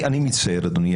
אני מצטער אדוני.